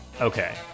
Okay